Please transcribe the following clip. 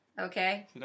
Okay